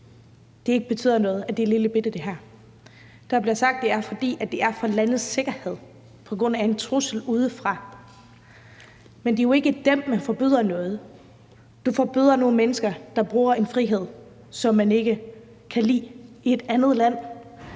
ikke betyder noget, og at det her er et lillebitte forslag. Der bliver sagt, at det er for landets sikkerhed og det er på grund af en trussel udefra, men det er jo ikke dem, man forbyder noget. Du forbyder nogle mennesker at bruge en frihed i forhold til noget, man ikke kan lide i et andet land.